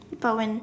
but when